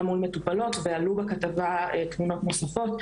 מול מטופלות ועלו בכתבה תמונות נוספות.